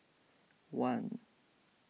one